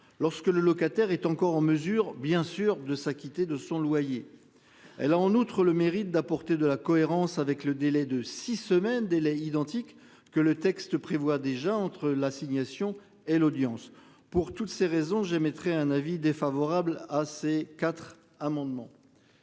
lorsque le locataire est encore en mesure bien sûr de s'acquitter de son loyer. Elle a en outre le mérite d'apporter de la cohérence avec le délai de six semaines, délai identique que le texte prévoit déjà entre l'assignation et l'audience pour toutes ces raisons j'émettrai un avis défavorable à ces quatre amendements.